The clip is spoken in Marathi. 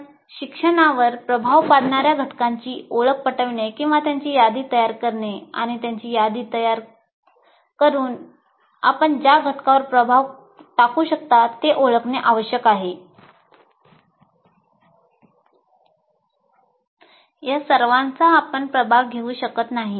आपण शिक्षणावर प्रभाव पाडणार्या घटकांची ओळख पटविणे किंवा त्यांची यादी तयार करणे आणि त्यांची यादी तयार करून ज्या घटकांवर प्रभाव टाकू शकता ते ओळखणे आवश्यक आहे या सर्वांचा आपण प्रभाव घेऊ शकत नाही